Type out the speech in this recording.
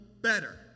better